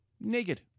naked